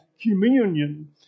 communion